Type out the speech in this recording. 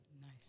Nice